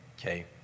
Okay